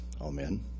Amen